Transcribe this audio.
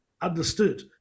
understood